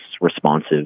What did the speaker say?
responsive